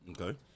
Okay